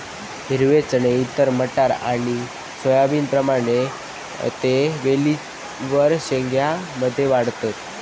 हिरवे चणे इतर मटार आणि सोयाबीनप्रमाणे ते वेलींवर शेंग्या मध्ये वाढतत